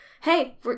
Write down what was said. hey